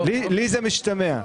לי זה משתמע.